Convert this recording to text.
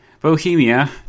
Bohemia